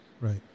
Right